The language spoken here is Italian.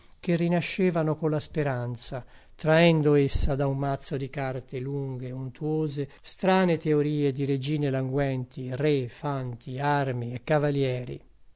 che rinascevano colla speranza traendo essa da un mazzo di carte lunghe e untuose strane teorie di regine languenti re fanti armi e cavalieri